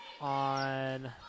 on